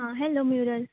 ah hello mural